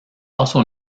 also